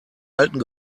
alten